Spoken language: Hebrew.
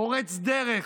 פורץ דרך,